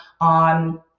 on